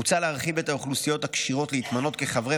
מוצע להרחיב את האוכלוסיות הכשירות להתמנות כחברי